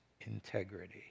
integrity